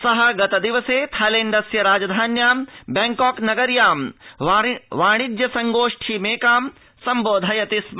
स गतदिवसे थाईलैण्डस्य राजधान्यां बैंकॉक नगर्यां वाणिज्य संगोष्ठीमेकां सम्बोधयति स्म